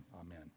Amen